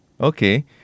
Okay